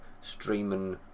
streaming